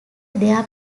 their